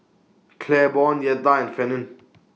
Claiborne Yetta and Fannye